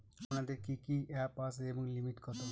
আপনাদের কি কি অ্যাপ আছে এবং লিমিট কত?